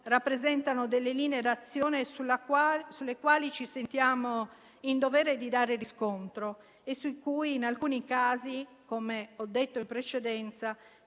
rappresentano delle linee d'azione sulle quali ci sentiamo in dovere di dare riscontro e sui cui in alcuni casi, come ho detto in precedenza,